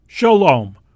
Shalom